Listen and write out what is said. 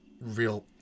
real